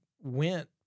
went